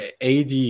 AD